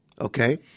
okay